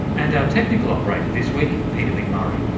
and our technical operator this week, peter mcmurray.